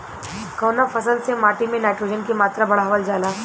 कवना फसल से माटी में नाइट्रोजन के मात्रा बढ़ावल जाला?